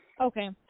Okay